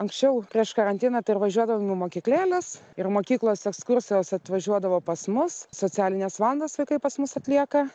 anksčiau prieš karantiną tai ir važiuodavom į mokyklėles ir mokyklos ekskursijos atvažiuodavo pas mus socialines valandas vaikai pas mus atlieka